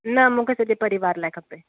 न मूंखे सॼे परिवार लाइ खपे